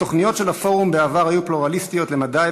התוכניות של הפורום בעבר היו פלורליסטיות למדי,